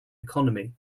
economy